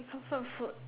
comfort food